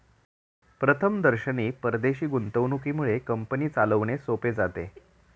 प्रथमदर्शनी परदेशी गुंतवणुकीमुळे कंपनी चालवणे सोपे जाते